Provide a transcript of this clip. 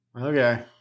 Okay